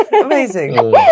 Amazing